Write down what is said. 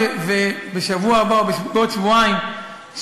שבשבוע הבא או בעוד שבועיים,